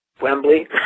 Wembley